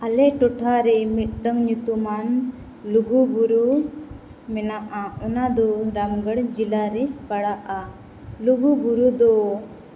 ᱟᱞᱮ ᱴᱚᱴᱷᱟᱨᱮ ᱢᱤᱫᱴᱟᱝ ᱧᱩᱛᱩᱢᱟᱱ ᱞᱩᱜᱩ ᱵᱩᱨᱩ ᱢᱮᱱᱟᱜᱼᱟ ᱚᱱᱟ ᱫᱚ ᱰᱟᱱᱵᱟᱲᱤ ᱡᱮᱞᱟ ᱨᱮ ᱯᱟᱲᱟᱜᱼᱟ ᱞᱩᱜᱩ ᱵᱩᱨᱩ ᱫᱚ